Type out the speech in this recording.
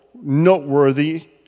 noteworthy